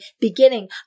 beginning